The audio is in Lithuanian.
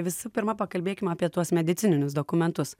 visų pirma pakalbėkim apie tuos medicininius dokumentus